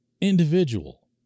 individual